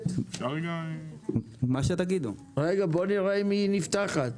בואו נראה אם היא נפתחת.